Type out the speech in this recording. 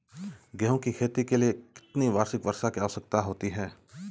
गेहूँ की खेती के लिए कितनी वार्षिक वर्षा की आवश्यकता होती है?